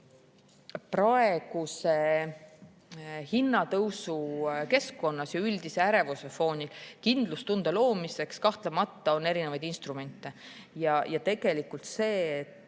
Praeguse hinnatõusu keskkonnas ja üldise ärevuse foonil kindlustunde loomiseks on kahtlemata erinevaid instrumente. Tegelikult see, et